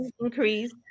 increase